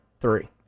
three